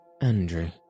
Andrew